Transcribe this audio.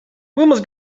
wilma’s